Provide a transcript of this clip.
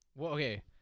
Okay